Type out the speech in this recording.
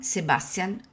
Sebastian